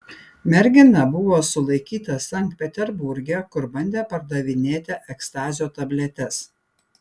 mergina buvo sulaikyta sankt peterburge kur bandė pardavinėti ekstazio tabletes